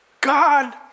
God